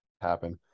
happen